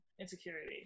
insecurity